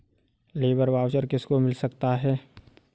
Labour voucher किसको मिल सकता है?